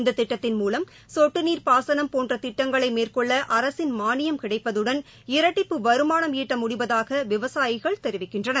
இந்ததிட்டத்தின் மூலம் சொட்டுநீர் பாசனம் போன்றதிட்டங்களைமேற்கொள்ளஅரசின் மானியம் கிடைப்பதுடன் இரட்டிப்பு வருமானம் ஈட்டமுடிவதாகவிவசாயிகள் தெரிவிக்கின்றனர்